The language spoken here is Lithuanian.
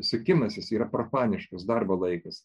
sukimasis yra profaniškas darbo laikas